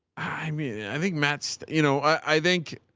i mean, yeah i think matt, so you know, i think,